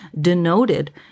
denoted